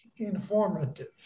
informative